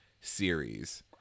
series